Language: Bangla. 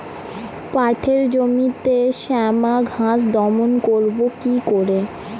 পাটের জমিতে শ্যামা ঘাস দমন করবো কি করে?